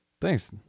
Thanks